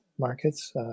markets